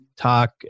Talk